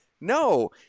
no